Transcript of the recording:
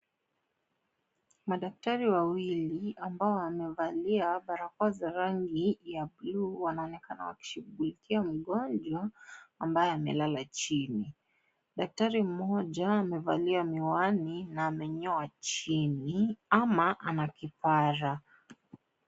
Madaktari wawili amabo wamevalia barakoa za rangi ya bluu wanaonekana wakishugulikia mgonjwa ambaye amelala chini. Daktari mmoja amevalia miwani na amenyoa chini ama ana kipara.